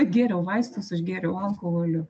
gėriau vaistus užgėriau alkoholiu